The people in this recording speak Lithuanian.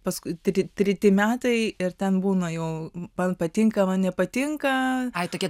treti metai ir ten būna jau man patinka man nepatinka